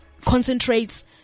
concentrates